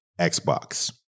Xbox